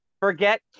forget